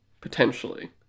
potentially